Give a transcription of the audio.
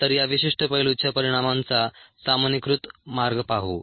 तर या विशिष्ट पैलूच्या परिणामांचा सामान्यीकृत मार्ग पाहू